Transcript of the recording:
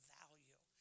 value